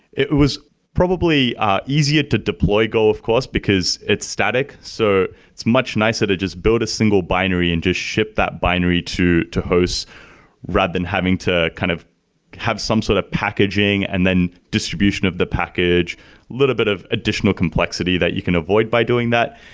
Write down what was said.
it was probably easier to deploy go, of course, because it's static. so it's much nicer to just build a single binary and just ship that binary to to host rather than having to kind of have some sort of packaging and then distribution of the package. a little bit of additional complexity that you can avoid by doing that.